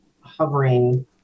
hovering